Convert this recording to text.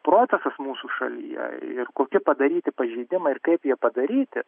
procesas mūsų šalyje ir kokie padaryti pažeidimai ir kaip jie padaryti